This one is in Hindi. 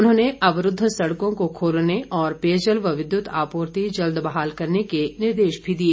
उन्होंने अवरूद्व सड़कों को खोलने और पेयजल व विद्युत आपूर्ति जल्द बहाल करने के निर्देश भी दिए